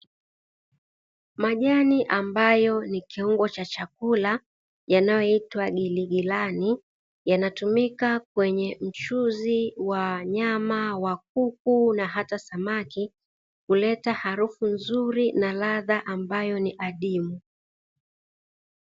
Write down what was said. Majani ambayo ni kiungo cha chakula yanayoitwa giligilani, yanatumika kwenye mchuzi wa nyama wa kuku na hata samaki kuleta harufu nzuri na ladha ambayo ni adimu.